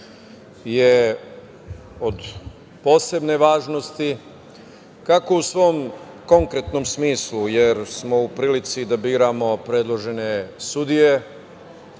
je od posebne važnosti kako u svom konkretnom smislu, jer smo u prilici da biramo predložene sudije,